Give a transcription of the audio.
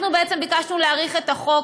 אנחנו בעצם ביקשנו להאריך את החוק,